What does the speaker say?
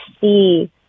see